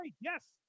Yes